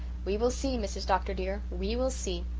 we will see, mrs. dr. dear we will see.